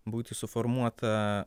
būti suformuota